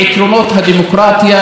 עקרונות השוויון,